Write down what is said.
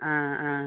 ആ ആ